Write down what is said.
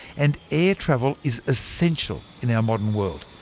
and air travel is essential in our modern world.